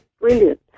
brilliant